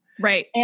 Right